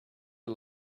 are